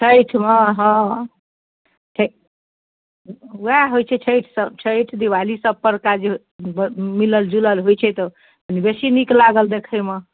छठिमे हँ छै ओएह होइत छै छठि दिवाली सबपर का जे मिलल जलल होइत छै तऽ कनि बेसी नीक लागल देखैमे